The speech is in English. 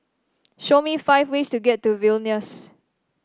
show me five ways to get to Vilnius